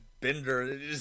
bender